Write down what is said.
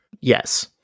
Yes